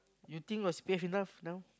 you think got save enough now